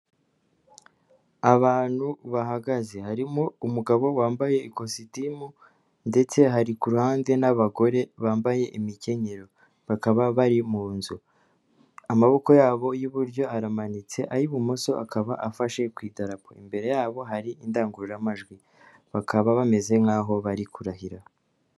Abantu bahagaze harimo umugabo wambaye ikositimu, ndetse hari ku ruhande n'abagore bambaye imikenyero bakaba bari mu nzu. Amaboko yabo y'iburyo aramanitse ay'ibumoso akaba afashe ku idarapo, imbere yabo hari indangururamajwi bakaba bameze nk'aho bari kurahira.